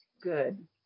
Good